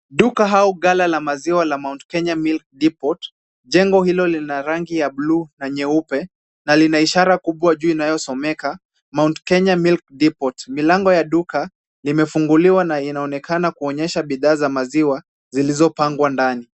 Duka au ghala la maziwa la Mount Kenya milk depot ,jengo hilo lina rangi ya buluu na nyeupe na lina ishara kubwa juu inayosomeka Mount Kenya milk depot .Milango ya duka limefunguliwa na inaonekana kuonyesha bidhaa za maziwa zilizopangwa ndani.